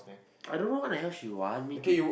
I don't know what the hell she want me to